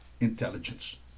Intelligence